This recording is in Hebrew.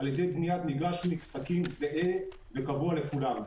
על ידי בניית מגרש משחקים זהה וקבוע לכולם.